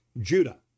Judah